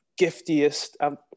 giftiest